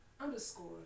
underscore